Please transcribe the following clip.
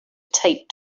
taped